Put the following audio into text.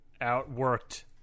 outworked